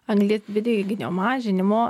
anglies dvideginio mažinimo